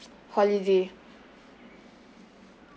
holiday